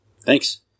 Thanks